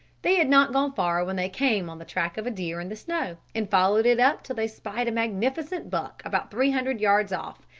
they had not gone far when they came on the track of a deer in the snow, and followed it up till they spied a magnificent buck about three hundred yards off,